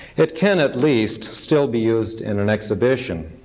it can at least still be used in an exhibition.